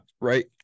Right